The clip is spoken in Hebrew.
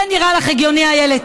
זה נראה לך הגיוני, איילת?